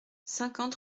cinquante